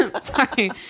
Sorry